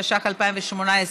התשע"ח 2018,